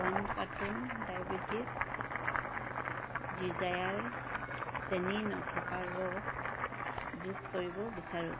one carton diabetics desire চেনি নথকা ৰস যোগ কৰিব বিচাৰোঁ